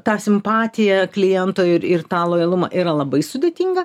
tą simpatiją kliento ir ir tą lojalumą yra labai sudėtinga